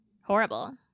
horrible